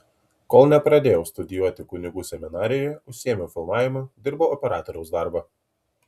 kol nepradėjau studijuoti kunigų seminarijoje užsiėmiau filmavimu dirbau operatoriaus darbą